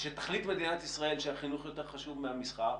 שתחליט מדינת ישראל שהחינוך יותר חשוב מהמסחר,